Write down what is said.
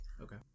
Okay